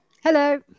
Hello